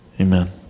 Amen